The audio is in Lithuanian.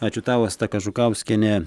ačiū tau asta kažukauskienė